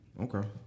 Okay